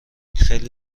خیلی